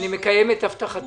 אני מקיים את הבטחתי.